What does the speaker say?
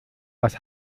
was